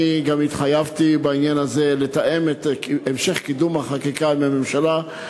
אני גם התחייבתי בעניין הזה לתאם את המשך קידום החקיקה עם הממשלה,